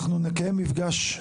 אנחנו נקיים מפגש,